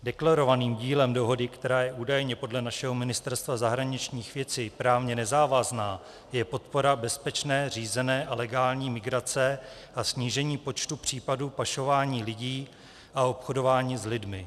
Deklarovaným cílem dohody, která je údajně podle našeho Ministerstva zahraničních věcí právně nezávazná, je podpora bezpečné, řízené a legální migrace a snížení počtu případů pašování lidí a obchodování s lidmi.